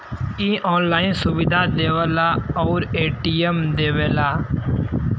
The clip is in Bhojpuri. इ ऑनलाइन सुविधा देवला आउर ए.टी.एम देवला